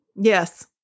Yes